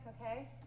okay